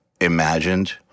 imagined